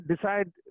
decide